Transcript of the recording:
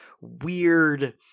weird